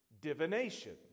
divination